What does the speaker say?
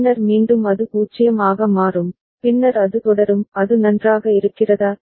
பின்னர் மீண்டும் அது 0 ஆக மாறும் பின்னர் அது தொடரும் அது நன்றாக இருக்கிறதா